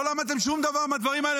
לא למדתם שום דבר מהדברים האלה,